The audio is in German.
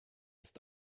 ist